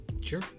Sure